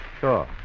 Sure